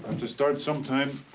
to start sometime.